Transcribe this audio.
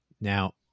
Now